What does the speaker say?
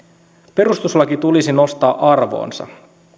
perustuslaki tulisi nostaa arvoonsa